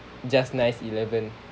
just nice eleven